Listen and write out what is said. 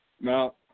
no